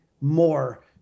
more